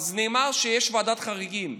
נאמר שיש ועדת חריגים.